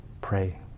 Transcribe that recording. pray